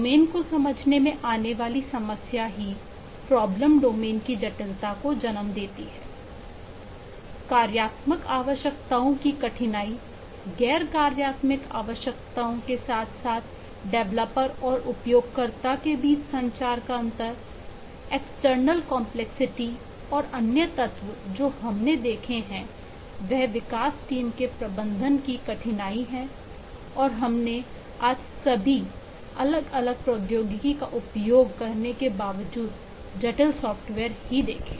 domain को समझने में आने वाली समस्याही प्रॉब्लम डोमेन और अन्य तत्व जो हमने देखा है वह विकास टीमों के प्रबंधन की कठिनाई है और हमने आज सभी अलग अलग प्रौद्योगिकी का उपयोग के बावजूद जटिल सॉफ्टवेयर्स ही देखा है